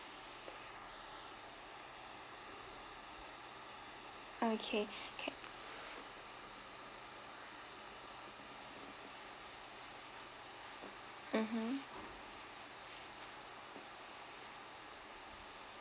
okay mmhmm